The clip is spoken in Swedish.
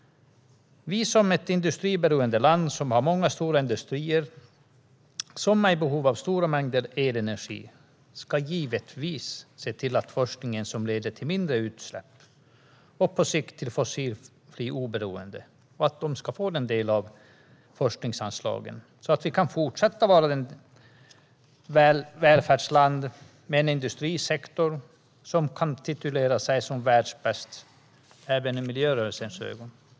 Som ett industriberoende land har vi många stora industrier som är i behov av stora mängder elenergi. Vi ska givetvis se till att forskning som leder till mindre utsläpp, och på sikt till fossilt oberoende, ska få de forskningsanslag som behövs för att vi fortsatt ska vara ett välfärdsland med en industrisektor som kan titulera sig som världsbäst även i miljörörelsens ögon.